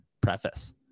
preface